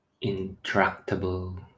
intractable